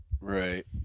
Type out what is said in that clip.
right